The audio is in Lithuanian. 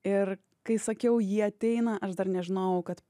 ir kai sakiau jie ateina aš dar nežinojau kad